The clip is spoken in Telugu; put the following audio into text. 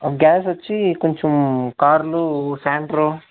గ్యాస్ వచ్చి కొంచం కార్లు శాంట్రో